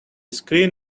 screen